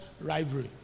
rivalry